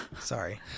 Sorry